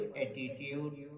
attitude